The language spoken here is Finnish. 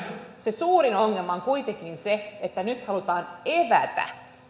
se suurin ongelma on kuitenkin se että nyt halutaan evätä